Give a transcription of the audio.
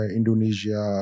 Indonesia